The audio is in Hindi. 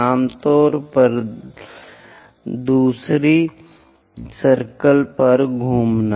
लगातार दूसरे सर्किल पर घूमना